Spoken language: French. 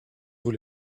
vous